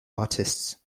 artists